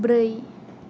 ब्रै